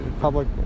Public